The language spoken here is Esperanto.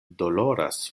doloras